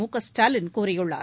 முகஸ்டாலின் கூறியுள்ளார்